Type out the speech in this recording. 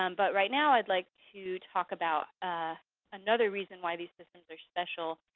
um but right now i'd like to talk about ah another reason why these systems are special,